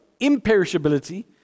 imperishability